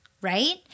right